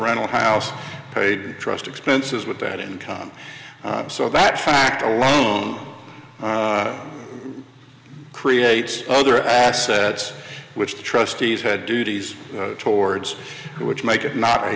rental house paid trust expenses with that income so that fact alone creates other assets which the trustees had duties towards which make it not a